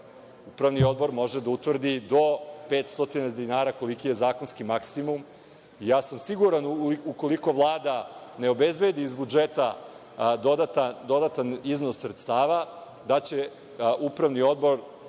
Upravni odbor može da utvrdi do 500 dinara koliki je zakonski maksimum i ja sam siguran, ukoliko Vlada ne obezbedi iz budžeta dodatan iznos sredstava da će upravni odbor